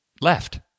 left